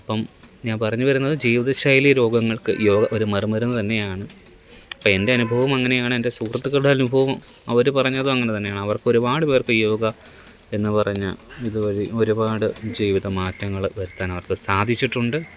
അപ്പം ഞാൻ പറഞ്ഞു വരുന്നത് ജീവിതശൈലി രോഗങ്ങള്ക്ക് യോഗ ഒരു മറുമരുന്ന് തന്നെയാണ് അപ്പം എന്റെ അനുഭവം അങ്ങനെയാണ് എന്റെ സുഹൃത്തുക്കളുടെ അനുഭവവും അവർ പറഞ്ഞതും അങ്ങനെ തന്നെയാണ് അവര്ക്ക് ഒരുപാട് പേര്ക്ക് ഈ യോഗ എന്നു പറഞ്ഞ ഇതുവഴി ഒരുപാട് ജീവിതമാറ്റങ്ങൾ വരുത്താൻ അവര്ക്ക് സാധിച്ചിട്ടുണ്ട്